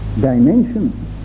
dimension